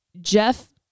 Jeff